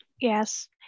Yes